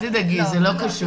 אל תדאגי, זה לא קשור.